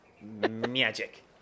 Magic